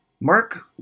Mark